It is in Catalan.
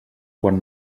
quan